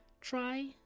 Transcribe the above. Try